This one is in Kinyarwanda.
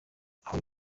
abahawe